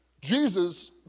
Jesus